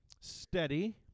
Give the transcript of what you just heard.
Steady